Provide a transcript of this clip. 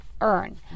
earn